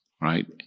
right